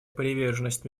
приверженность